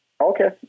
Okay